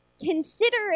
Consider